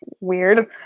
Weird